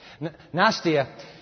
Nastia